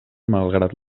malgrat